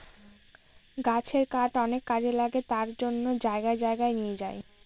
গাছের কাঠ অনেক কাজে লাগে তার জন্য জায়গায় জায়গায় নিয়ে যায়